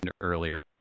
earlier